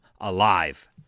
Alive